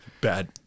Bad